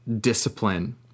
discipline